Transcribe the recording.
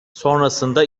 sonrasında